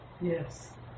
yes